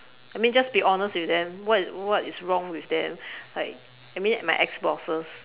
I mean just be honest with them what is what is wrong with them like I mean my ex bosses